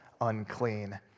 unclean